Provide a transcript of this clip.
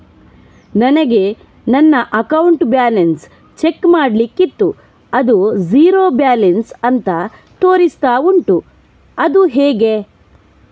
ನನಗೆ ನನ್ನ account balance check ಮಾಡ್ಲಿಕ್ಕಿತ್ತು ಅದು ಝೀರೋ ಬ್ಯಾಲೆನ್ಸ್ ಅಂತ ತೋರಿಸ್ತಾ ಉಂಟು ಅದು ಹೇಗೆ?